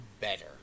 better